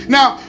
Now